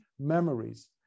Memories